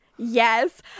yes